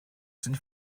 sind